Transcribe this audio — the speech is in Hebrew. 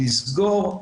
לסגור,